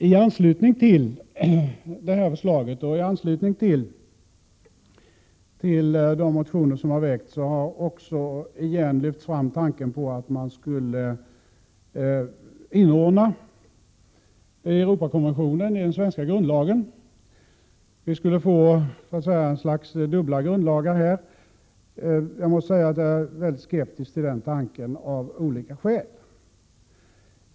I anslutning till föreliggande förslag och i anslutning till de motioner som har väckts har man återigen lyft fram tanken att man skulle inordna Europakonventionen i den svenska grundlagen — vi skulle här så att säga få dubbla grundlagar. Jag måste säga att jag av olika skäl är mycket skeptisk till den tanken.